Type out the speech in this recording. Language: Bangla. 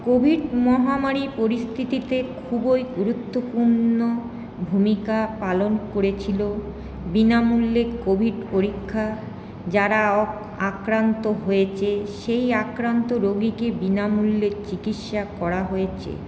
কোভিড মহামারি পরিস্থিতিতে খুবই গুরুত্বপূর্ণ ভূমিকা পালন করেছিলো বিনামূল্যে কোভিড পরীক্ষা যারা আক্রান্ত হয়েছে সেই আক্রান্ত রোগীকে বিনামূল্যে চিকিৎসা করা হয়েছে